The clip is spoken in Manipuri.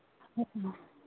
ꯑꯥ